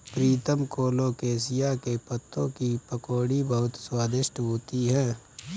प्रीतम colocasia के पत्तों की पकौड़ी बहुत स्वादिष्ट होती है